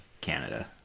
canada